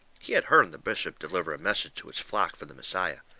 he had hearn the bishop deliver a message to his flock from the messiah.